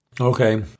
Okay